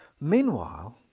Meanwhile